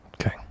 Okay